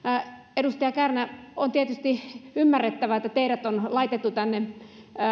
edustaja kopra on tietysti ymmärrettävää että teidät on laitettu tänne